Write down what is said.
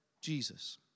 Jesus